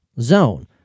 zone